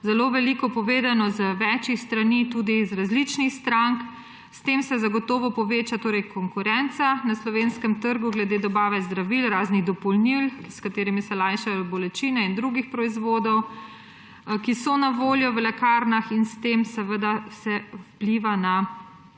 zelo veliko povedano z več strani, tudi s strani različnih strank. S tem se zagotovo poveča konkurenca na slovenskem trgu glede dobave zdravil, raznih dopolnil, s katerimi se lajšajo bolečine, in drugih proizvodov, ki so na voljo v lekarnah in s tem se vpliva na